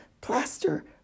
plaster